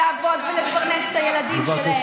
לעבוד ולפרנס את הילדים שלהם,